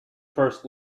first